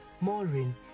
Maureen